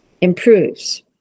improves